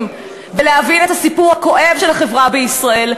ולהבין את הסיפור הכואב של החברה בישראל,